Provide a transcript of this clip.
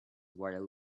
while